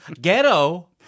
Ghetto